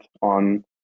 on